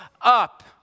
up